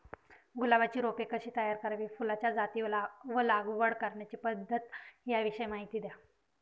गुलाबाची रोपे कशी तयार करावी? फुलाच्या जाती व लागवड करण्याची पद्धत याविषयी माहिती द्या